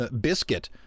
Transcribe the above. biscuit